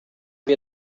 wir